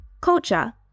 culture